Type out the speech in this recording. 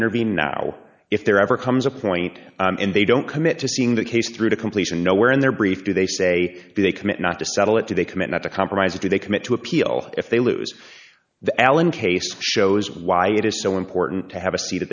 intervene now if there ever comes a point when they don't commit to seeing the case through to completion no where in their brief do they say they commit not to settle it do they commit not to compromise or do they commit to appeal if they lose the allen case shows why it is so important to have a seat